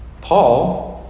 Paul